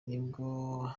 nibwo